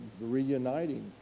reuniting